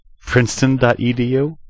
Princeton.edu